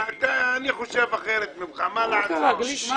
אני חושב אחרת ממך, מה לעשות?